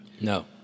No